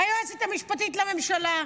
היועצת המשפטית לממשלה.